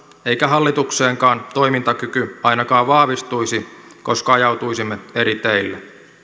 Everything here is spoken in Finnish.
eikä hallituksenkaan toimintakyky ainakaan vahvistuisi koska ajautuisimme eri teille